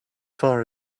far